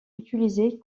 utilisés